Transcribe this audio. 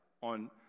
on